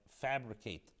fabricate